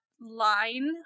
line